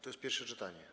To jest pierwsze czytanie.